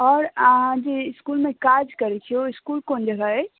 आओर अहाँ जे इसकुलमे काज करैत छियै ओ इसकुल कोन जगह अछि